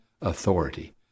authority